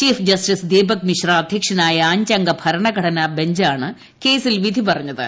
chief justice Deepak Mishra അധ്യക്ഷനായ അഞ്ചംഗ ഭരണഘടനാ ബഞ്ചാണ് കേസിൽ വിധി പറഞ്ഞത്